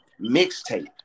mixtape